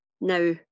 now